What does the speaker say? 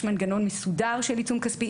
יש מנגנון מסודר של עיצום כספי.